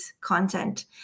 content